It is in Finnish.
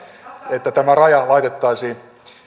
että tämä raja laitettaisiin